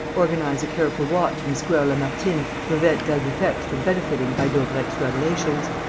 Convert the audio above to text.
organize a careful watch in the square lamartine to prevent d'albufex from benefiting by daubrecq's revelations.